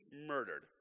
murdered